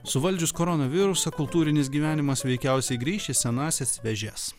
suvaldžius koronavirusą kultūrinis gyvenimas veikiausiai grįš į senąsias vėžes